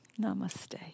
Namaste